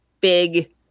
big